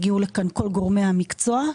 הגיעו לכאן כל גורמי המקצוע.